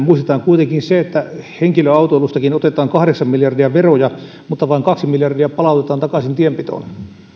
muistetaan kuitenkin se että henkilöautoilustakin otetaan kahdeksan miljardia veroja mutta vain kaksi miljardia palautetaan takaisin tienpitoon